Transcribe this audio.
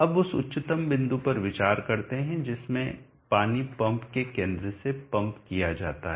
अब उस उच्चतम बिंदु पर विचार करते हैं जिसमें पानी पंप के केंद्र से पंप किया जाता है